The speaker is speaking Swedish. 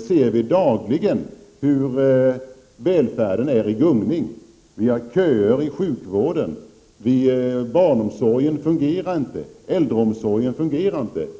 ser dagligen hur välfärden är i gungning, med det skattetryck som vi har. Vi har köer i sjukvården. Barnomsorgen och äldreomsorgen fungerar inte.